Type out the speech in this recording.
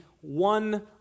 one